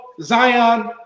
Zion